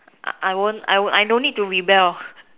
I won't I won't need to rebel